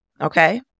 Okay